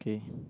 okay